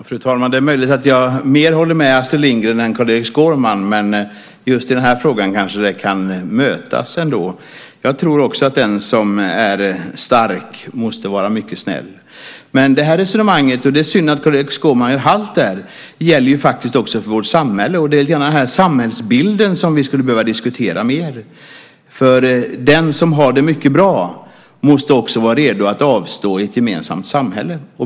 Fru talman! Det är möjligt att jag mer håller med Astrid Lindgren än Carl-Erik Skårman. Men just i den här frågan kanske vi kan mötas ändå. Jag tror också att den som är stark måste vara mycket snäll. Det är synd att Carl-Erik Skårman gör halt där. Det resonemanget gäller också för vårt samhälle. Det är lite grann samhällsbilden som vi skulle behöver diskutera mer. Den som har det mycket bra måste också vara redo att avstå i ett gemensamt samhälle.